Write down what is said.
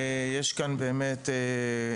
יש כאן ארגונים,